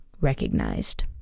recognized